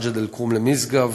מג'ד-אלכרום ומשגב,